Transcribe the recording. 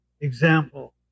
example